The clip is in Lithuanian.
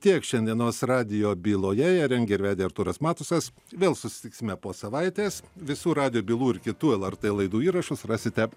tiek šiandienos radijo byloje ją rengė ir vedė artūras matusas vėl susitiksime po savaitės visų radijo bylų ir kitų lrt laidų įrašus rasite